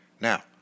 Now